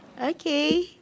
Okay